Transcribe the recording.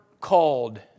called